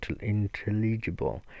intelligible